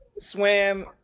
swam